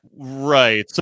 Right